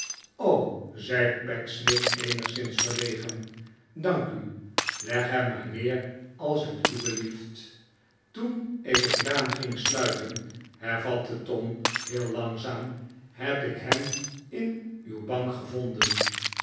zei pecksniff eenigszins verlegen dank u leg hem maar neer als het u belief t r toen ik het raam ging sluiten hervatte tom heel langzaam heb ik hem in uw bank gevonden